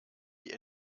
die